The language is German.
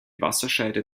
wasserscheide